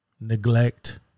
neglect